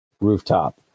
Rooftop